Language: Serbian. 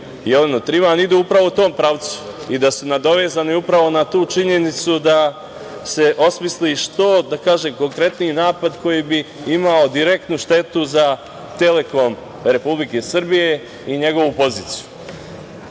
Jelenu Trivan ide upravo u tom pravcu i da se nadovezani na tu činjenicu da se osmisli što konkretniji napad koji bi imao direktnu štetu za „Telekom“ Republike Srbije i njegovu poziciju. Ono